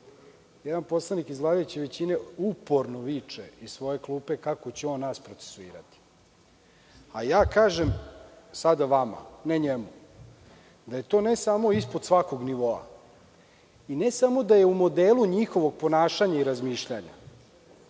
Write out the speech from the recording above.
poslanik iz vladajuće većine uporno viče iz svoje klupe kako će on nas procesuirati. Kažem vama, ne njemu, da je to ne samo ispod svakog nivoa i ne samo da je u modelu njihovog ponašanja i razmišljanja,